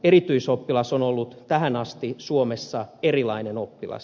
erityisoppilas on ollut tähän asti suomessa erilainen oppilas